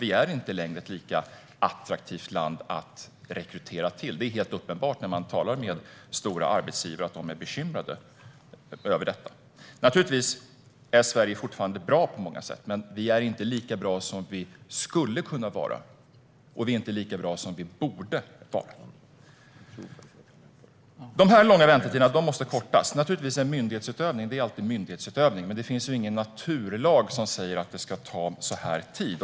Vi är inte längre ett lika attraktivt land att rekrytera till. Det är helt uppenbart att stora arbetsgivare är bekymrade över detta. Sverige är fortfarande bra på många sätt. Men vi är inte lika bra som vi skulle kunna vara, och vi är inte lika bra som vi borde vara. De långa väntetiderna måste kortas. En myndighetsutövning är alltid myndighetsutövning. Men det finns ingen naturlag som säger att det ska ta så lång tid.